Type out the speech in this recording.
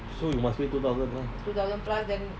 so you must wait two thousand plus